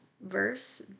verse